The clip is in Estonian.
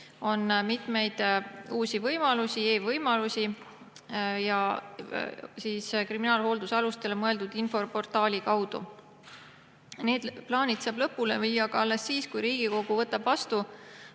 on mitmeid uusi e‑võimalusi tänu kriminaalhooldusalustele mõeldud infoportaalile. Need plaanid saab lõpule viia aga alles siis, kui Riigikogu võtab vastu